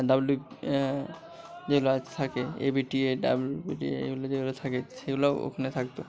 W যেগুলো আজ থাকে এবিটিএ ডাবলুবিটিএ এগুলো যেগুলো থাকে সেগুলো ওখানে থাকত